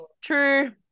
true